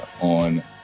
on